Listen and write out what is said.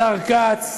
לשר כץ,